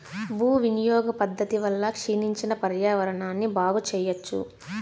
భూ వినియోగ పద్ధతి వల్ల క్షీణించిన పర్యావరణాన్ని బాగు చెయ్యచ్చు